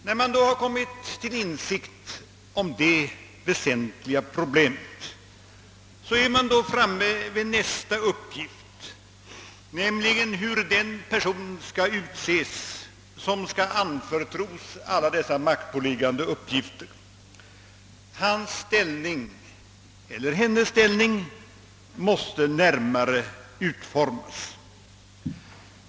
När man kommit till insikt om det väsentliga problemet är man framme vid nästa uppgift, nämligen hur den person skall utses som skall anförtros alla dessa maktpåliggande uppgifter. Hans eller hennes ställning måste närmare utformas.